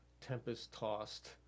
tempest-tossed